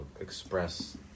express